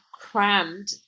crammed